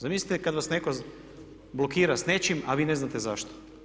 Zamislite kada vas netko blokira s nečim a vi ne znate zašto.